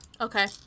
Okay